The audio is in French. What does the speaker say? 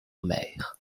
mer